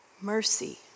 mercy